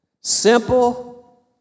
Simple